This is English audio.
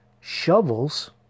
shovels